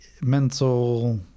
mental